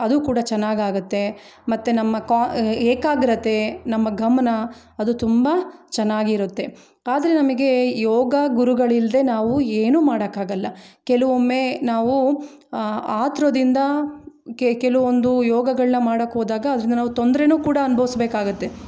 ಅದು ಕೂಡ ಚೆನ್ನಾಗಿ ಆಗುತ್ತೆ ಮತ್ತೆ ನಮ್ಮ ಕಾ ಏಕಾಗ್ರತೆ ನಮ್ಮ ಗಮನ ಅದು ತುಂಬ ಚೆನ್ನಾಗಿರುತ್ತೆ ಆದರೆ ನಮಗೆ ಯೋಗ ಗುರುಗಳಿಲ್ಲದೇ ನಾವು ಏನೂ ಮಾಡೋಕ್ಕೆ ಆಗೋಲ್ಲ ಕೆಲವೊಮ್ಮೆ ನಾವು ಆತುರದಿಂದ ಕೆಲವೊಂದು ಯೋಗಗಳನ್ನ ಮಾಡೋಕ್ಕೆ ಹೋದಾಗ ಅದರಿಂದ ನಾವು ತೊಂದ್ರೆಯೂ ಕೂಡ ಅನುಭವಿಸ್ಬೇಕಾಗುತ್ತೆ